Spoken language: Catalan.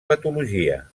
patologia